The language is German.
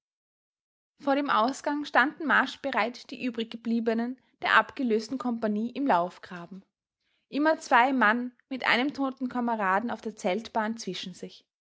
vor dem ausgang standen marschbereit die übriggebliebenen der abgelösten kompagnie im laufgraben immer zwei mann mit einem toten kameraden auf der zeltbahn zwischen sich